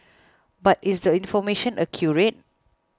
but is the information accurate